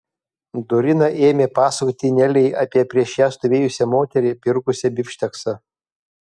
dorina ėmė pasakoti nelei apie prieš ją stovėjusią moterį pirkusią bifšteksą